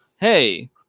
hey